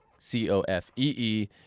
c-o-f-e-e